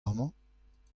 amañ